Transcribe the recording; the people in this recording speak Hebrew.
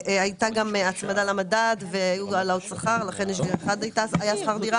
היתה גם הצמדה לממד והיו העלאות שכר ולכן יש גידול בשכר עבודה ונלוות.